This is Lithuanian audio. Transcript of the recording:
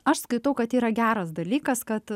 aš skaitau kad tai yra geras dalykas kad